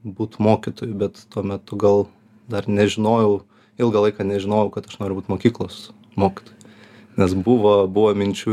būt mokytoju bet tuo metu gal dar nežinojau ilgą laiką nežinojau kad aš noriu būt mokyklos mokytoju nes buvo buvo minčių